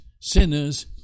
sinners